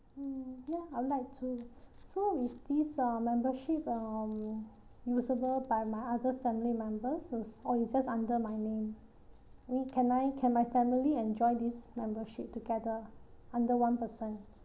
mm ya I would like to so with this uh membership um usable by my other family members or is just under my name we can I can my family enjoy this membership together under one person